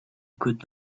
could